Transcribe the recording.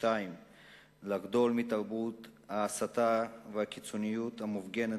2. לחדול מתרבות ההסתה והקיצוניות המופגנת